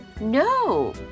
no